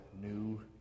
new